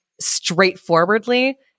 straightforwardly